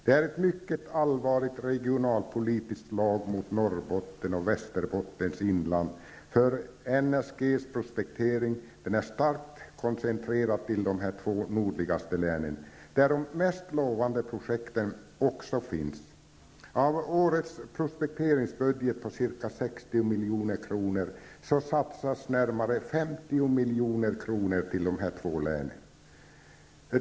Det är ett mycket allvarligt regionalpolitiskt slag mot Norrbotten och Västerbottens inland, då NSGs prospektering är starkt koncentrerad till de två nordligaste länen, där de mest lovande projekten också finns. Av årets prospekteringsbudget på ca 60 milj.kr. satsas närmare 50 milj.kr. i de här två länen.